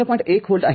१ volt आहे